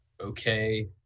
okay